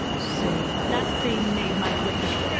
so. that thing made my week.